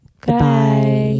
Goodbye